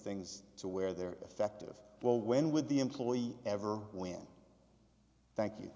things to where they're effective will win with the employee ever win thank you